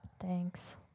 Thanks